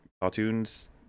cartoons